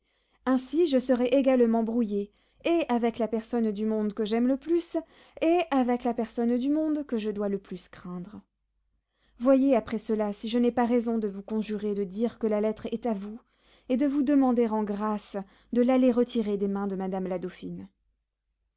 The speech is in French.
ainsi je serai également brouillé et avec la personne du monde que j'aime le plus et avec la personne du monde que je dois le plus craindre voyez après cela si je n'ai pas raison de vous conjurer de dire que la lettre est à vous et de vous demander en grâce de l'aller retirer des mains de madame la dauphine